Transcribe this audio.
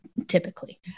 typically